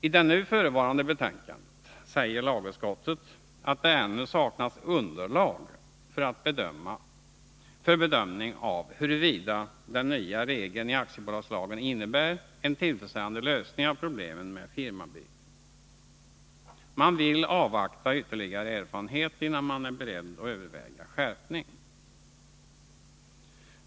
I det nu förevarande betänkandet säger lagutskottet att det ännu saknas underlag för en bedömning av huruvida den nya regeln i aktiebolagslagen innebär en tillfredsställande lösning av problemen med firmabyten. Utskottet vill avvakta ytterligare erfarenhet innan man är beredd att överväga skärpning.